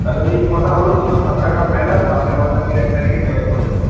তাহলে এই কথা হল দুশো ষাট টাকা ফাইনাল সামনের মাসে আমি এক তারিখে জয়েন করছি